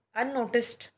unnoticed